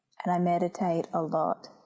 and i meditate a lot.